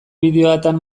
bideoetan